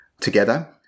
together